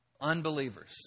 unbelievers